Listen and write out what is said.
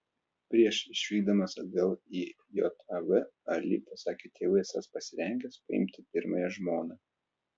prieš išvykdamas atgal į jav ali pasakė tėvui esąs pasirengęs paimti pirmąją žmoną